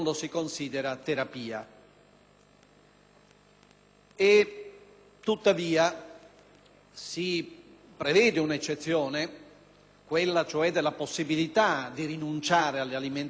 Tuttavia, si prevede un'eccezione, quella cioè della possibilità di rinunciare all'alimentazione e all'idratazione